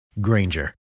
Granger